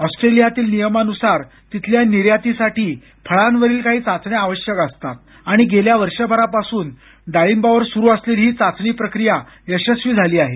ऑस्ट्रेलियातील नियमानुसार तिथल्या निर्यातीसाठी फळांवरील काही चाचण्या आवश्यक असतात आणि गेल्या वर्षभरापासून डाळिंबावर सूरु असलेली ही चाचणी प्रक्रिया यशस्वी झाली आहे